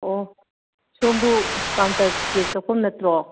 ꯑꯣ ꯁꯣꯝꯕꯨ counter ticket ꯀꯛꯐꯝ ꯅꯠꯇ꯭ꯔꯣ